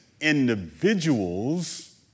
individuals